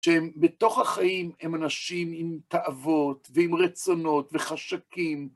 שהם בתוך החיים, הם אנשים עם תאוות, ועם רצונות, וחשקים.